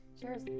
Cheers